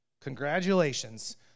Congratulations